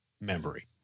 memory